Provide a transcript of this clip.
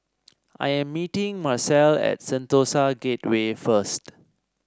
I am meeting Marcelle at Sentosa Gateway first